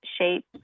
shape